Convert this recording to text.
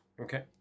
Okay